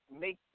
make